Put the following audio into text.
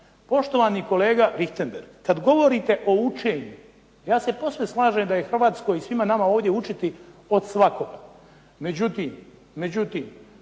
Poštovani kolega Richembergh kad govorite o učenju, ja se posve slažem da je Hrvatskoj i svima nama ovdje učiti od svakoga, međutim